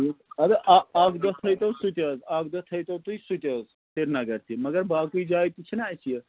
اَدٕ اَکھ دۄہ تھٲیتو سُہ تہِ حظ اَکھ دۄہ تھٲیتو تُہۍ سُہ تہِ حظ سِرینگر تہِ مگر باقٕے جایہِ تہِ چھِنہٕ اَسہِ یہِ